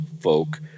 folk